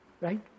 Right